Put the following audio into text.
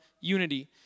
unity